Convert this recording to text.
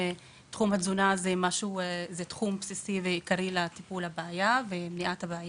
אז תחום התזונה הוא בסיסי ועיקרי לטיפול בבעיה ולמניעתה.